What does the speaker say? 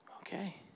Okay